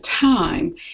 time